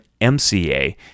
MCA